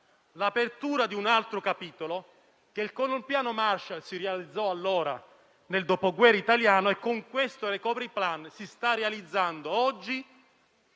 l'apertura di un altro capitolo che con il piano Marshall si realizzò allora nel Dopoguerra italiano e che con questo *recovery plan* si sta realizzando oggi